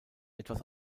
etwas